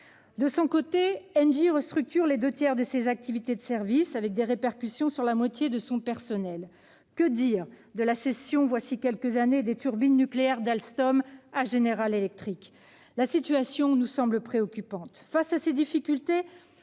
De son côté, Engie restructure les deux tiers de ses activités de services, avec des répercussions sur la moitié de son personnel. Que dire enfin de la cession, il y a quelques années, des turbines nucléaires d'Alstom à General Electric ? La situation nous semble préoccupante. Face à ces difficultés,